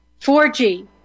4G